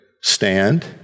stand